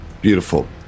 beautiful